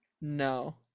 No